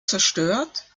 zerstört